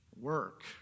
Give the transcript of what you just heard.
work